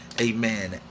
Amen